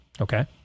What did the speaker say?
Okay